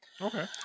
Okay